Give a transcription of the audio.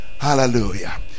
Hallelujah